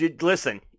Listen